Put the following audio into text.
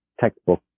textbook